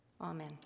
Amen